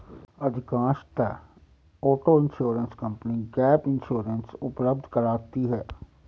अधिकांशतः auto insurance company gap insurance उपलब्ध कराती है